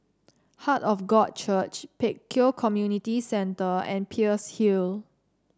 Heart of God Church Pek Kio Community Centre and Peirce Hill